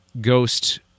ghost